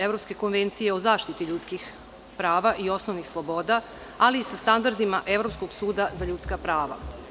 Evropske konvencije o zaštiti ljudskih prava i osnovnih sloboda, ali i sa standardima Evropskog suda za ljudska prava.